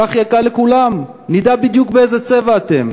כך יהיה קל לכולם, נדע בדיוק באיזה צבע אתם.